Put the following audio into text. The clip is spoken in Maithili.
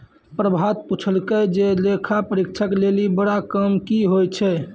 प्रभात पुछलकै जे लेखा परीक्षक लेली बड़ा काम कि होय छै?